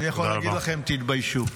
אני יכול להגיד לכם: תתביישו.